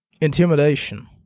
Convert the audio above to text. Intimidation